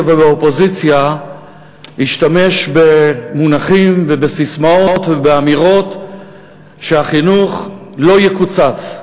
ובאופוזיציה השתמש במונחים ובססמאות ובאמירות שהחינוך לא יקוצץ,